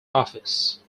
office